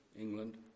England